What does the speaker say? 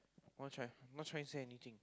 what try I'm not trying to say anything